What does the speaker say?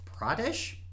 Pradesh